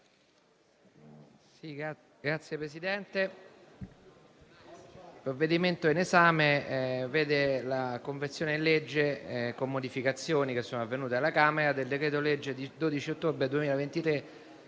Signor Presidente, il provvedimento in esame vede la conversione in legge, con modificazioni, apportate alla Camera, del decreto legge 12 ottobre 2023,